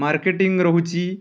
marketing ରହୁଛି